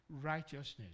righteousness